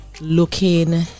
looking